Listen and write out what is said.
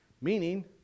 Meaning